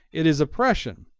it is oppression,